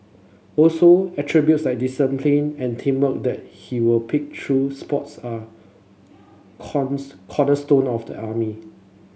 also attributes like discipline and teamwork that he will pick through sports are corners cornerstone of the army